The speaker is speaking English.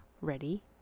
ready